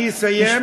אני אסיים.